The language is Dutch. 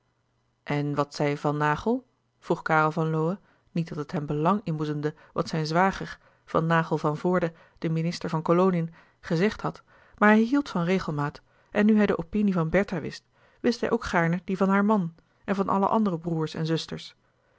en wat zei van naghel vroeg karel van lowe niet dat het hem belang inboezemde wat zijn zwager van naghel van voorde de minister van koloniën gezegd had maar hij louis couperus de boeken der kleine zielen hield van regelmaat en nu hij de opinie van bertha wist wist hij ook gaarne die van haar man en van alle andere broêrs en zusters